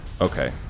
Okay